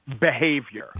behavior